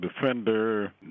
Defender